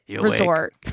resort